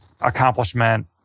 accomplishment